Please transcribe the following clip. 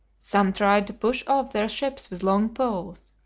some tried to push off their ships with long poles,